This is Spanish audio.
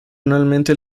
anualmente